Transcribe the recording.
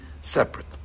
separate